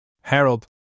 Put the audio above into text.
Harold